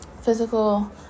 physical